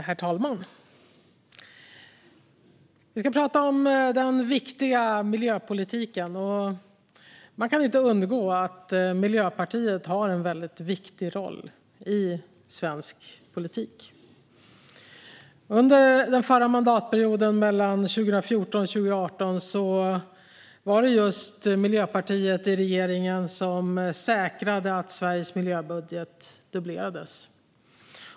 Herr talman! Vi ska prata om den viktiga miljöpolitiken. Man kan inte undgå att Miljöpartiet har en väldigt viktig roll i svensk politik. Under den förra mandatperioden, 2014-2018, var det just Miljöpartiet i regeringen som säkrade att Sveriges miljöbudget dubblerades.